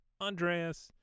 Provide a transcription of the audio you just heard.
Andreas